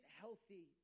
healthy